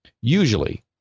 usually